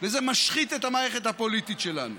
וזה משחית את המערכת הפוליטית שלנו.